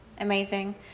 Amazing